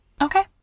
Okay